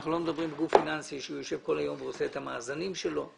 אנחנו לא מדברים על גוף פיננסי שיושב כל היום ועושה את המאזנים שלו.